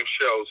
shows